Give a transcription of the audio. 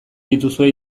dituzue